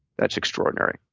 that's extraordinary.